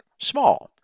small